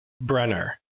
Brenner